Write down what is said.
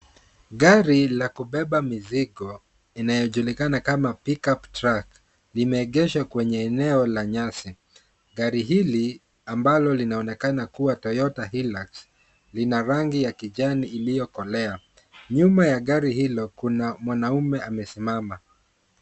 Gari la kubeba mizigo inayojulikana kama pickup truck limeegeshwa kwenye eneo la nyasi, gari hili ambalo linaonekana kuwa Toyota Hilux lina rangi ya kijani iliyokolea, nyuma ya gari hilo kuna mwanume aliyesimama.